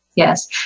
Yes